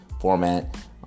format